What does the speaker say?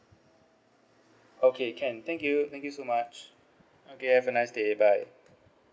okay can thank you thank you so much okay have a nice day bye